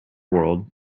world